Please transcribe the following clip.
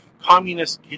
Communist